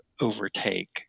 overtake